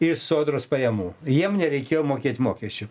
iš sodros pajamų jiem nereikėjo mokėt mokesčių